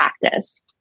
practice